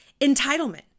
entitlement